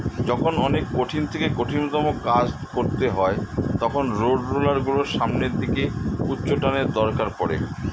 যখন অনেক কঠিন থেকে কঠিনতম কাজ করতে হয় তখন রোডরোলার গুলোর সামনের দিকে উচ্চটানের দরকার পড়ে